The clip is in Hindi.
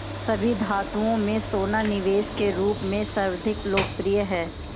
सभी धातुओं में सोना निवेश के रूप में सर्वाधिक लोकप्रिय है